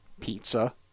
Pizza